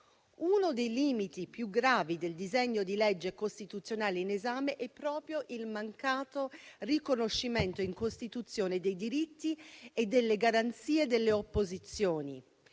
Uno dei limiti più gravi del disegno di legge costituzionale in esame è proprio il mancato riconoscimento in Costituzione dei diritti e delle garanzie delle opposizioni.